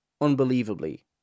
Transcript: Unbelievably